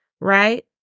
Right